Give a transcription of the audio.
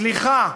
סליחה,